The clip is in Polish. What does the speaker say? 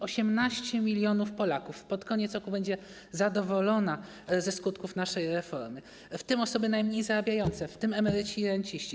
18 mln Polaków pod koniec roku będzie zadowolonych ze skutków naszej reformy, w tym osoby najmniej zarabiające, w tym emeryci i renciści.